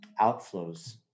outflows